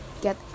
get